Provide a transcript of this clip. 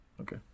Okay